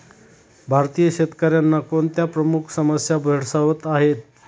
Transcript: भारतीय शेतकऱ्यांना कोणत्या प्रमुख समस्या भेडसावत आहेत?